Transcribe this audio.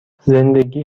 زندگی